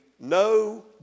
No